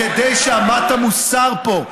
כדי שאמת המוסר פה,